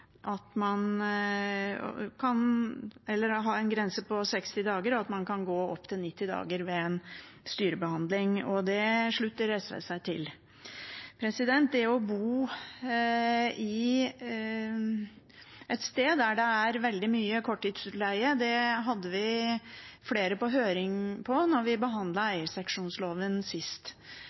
at det er grunn til å stramme inn fra regjeringens forslag om å ha en grense på maksimalt 90 dager, til at man kan ha en grense på 60 dager, og at man kan gå opp til 90 dager etter sameiebehandling. Det slutter SV seg til. Da vi behandlet eierseksjonsloven sist, hadde vi flere på høring